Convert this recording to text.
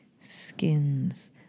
Skins